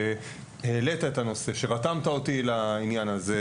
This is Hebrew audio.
תודה לך שהעלית את הנושא ושרתמת אותי לעניין הזה.